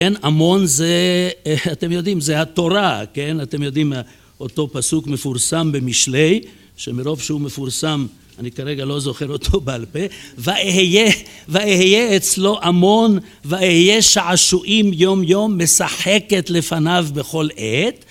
כן, עמון זה, אתם יודעים, זה התורה, כן? אתם יודעים, אותו פסוק מפורסם במשלי, שמרוב שהוא מפורסם, אני כרגע לא זוכר אותו בעל-פה, "ואהיה אצלו אמון ואהיה שעשועים יום יום, משחקת לפניו בכל עת".